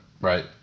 Right